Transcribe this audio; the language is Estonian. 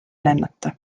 lennata